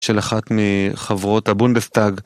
של אחת מחברות הבונדסטאג